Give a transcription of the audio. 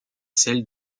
celle